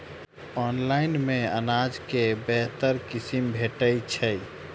Online मे अनाज केँ बेहतर किसिम भेटय छै?